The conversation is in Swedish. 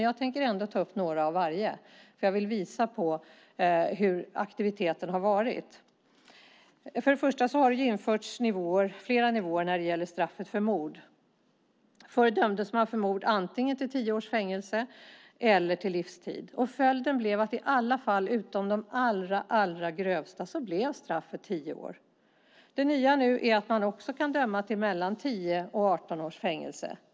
Jag tänker ta upp några av varje eftersom jag vill visa hur aktiviteten har varit. Det har införts flera nivåer när det gäller straffet för mord. Förr dömdes man antingen till fängelse i 10 år eller på livstid. Följden var att straffet blev 10 år i alla fallen, utom de allra allra grövsta. Det nya är att man också kan döma till mellan 10 och 18 års fängelse.